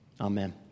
amen